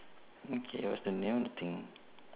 okay your turn nail the thing